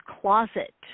closet